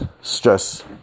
Stress